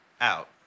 out